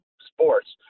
sports